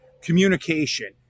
communication